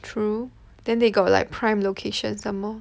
true then they got like prime location some more